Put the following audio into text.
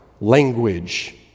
language